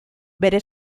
bere